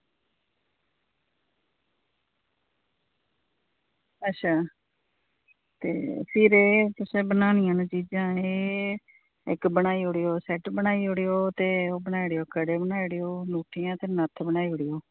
अच्छा ते फिर तुसें बनानियां न चीज़ां एह् बनाई ओड़ेओ सैट्ट बनाई ओड़ेओ ते ओह् बनाई ओड़ेओ कड़े बनाई ओड़ेओ ते नत्थ बनाई ओड़ेओ